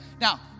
Now